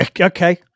Okay